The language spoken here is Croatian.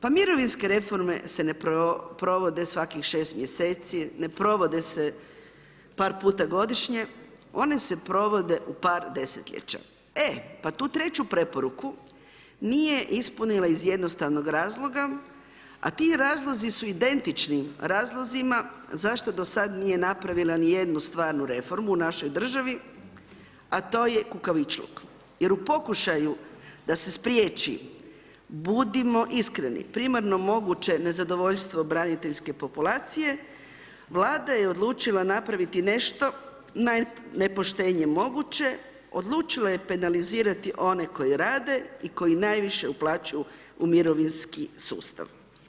Pa mirovinske reforme se ne provode svaki 6 mj., ne provode se par puta godišnje, one se provode u par desetljeća, e, pa tu treću preporuku nije ispunila iz jednostavnog razloga, a ti razlozi su identični razlozima zašto do sad nije napravila ni jednu stvarnu reformu našoj državi, a to je kukavičluk jer u pokušaju da se spriječi budimo iskreni primarno moguće nezadovoljstvo braniteljske populacije Vlada je odlučila napraviti nešto na nepoštenje moguće, odlučila je penalizirati one koje rade i koji najviše uplaćuju u mirovinski sustav.